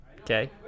Okay